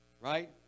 Right